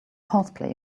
horseplay